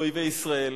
הם לא היו פה אף פעם.